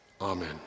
Amen